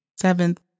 Seventh